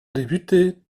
député